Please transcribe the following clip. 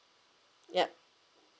yup